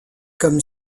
comme